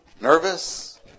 nervous